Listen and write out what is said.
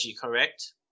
correct